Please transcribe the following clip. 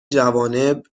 جوانب